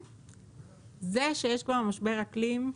כולנו מבינים שיש משבר אקלים,